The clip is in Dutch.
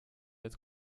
het